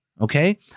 okay